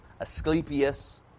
asclepius